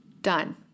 done